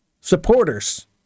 supporters